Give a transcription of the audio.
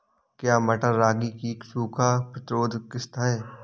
क्या मटर रागी की सूखा प्रतिरोध किश्त है?